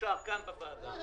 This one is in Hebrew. שאושר כאן בוועדה.